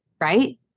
right